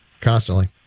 constantly